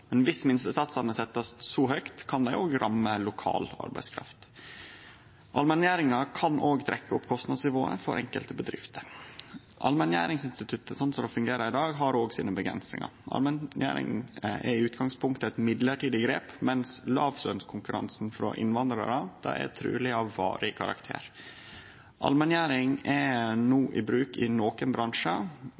Men viss minstesatsane vert sette så høgt, kan dei òg ramme lokal arbeidskraft. Allmenngjeringa kan òg trekkje opp kostnadsnivået for enkelte bedrifter. Allmenngjeringsinstituttet slik det fungerer i dag, har òg sine avgrensingar. Allmenngjering er i utgangspunktet eit mellombels grep, mens låglønskonkurransen frå innvandrarar truleg er av varig karakter. Allmenngjering er no i bruk i